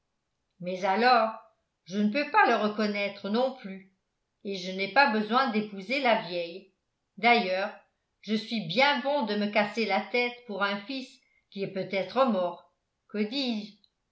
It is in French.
mais alors je ne peux pas le reconnaître non plus et je n'ai pas besoin d'épouser la vieille d'ailleurs je suis bien bon de me casser la tête pour un fils qui est peut-être mort que disje